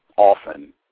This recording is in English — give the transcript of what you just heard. often